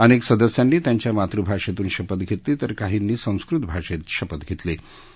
अनक्त सदस्यांनी त्यांच्या मातृभाषति शपथ घरिमी तर काहींनी संस्कृत भाषत शपथ घरिमी